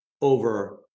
over